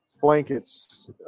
blankets